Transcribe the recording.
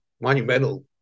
monumental